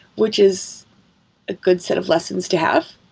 which is a good set of lessons to have.